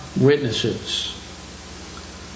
witnesses